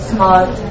Smart